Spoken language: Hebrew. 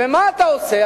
ומה אתה עושה?